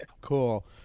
Cool